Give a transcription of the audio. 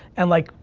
and like,